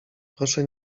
proszę